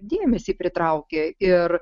dėmesį pritraukė ir